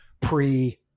pre